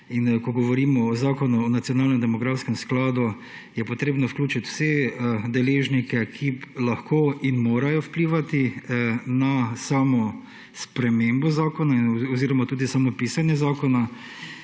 Ko govorimo o zakonu o nacionalnem demografskem skladu je potrebno vključiti vse deležnike, ki lahko in morajo vplivati na samo spremembo zakona oziroma tudi samo pisanje zakona.